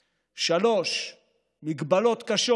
3. מגבלות קשות